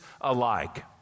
alike